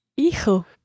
hijo